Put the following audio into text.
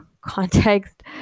context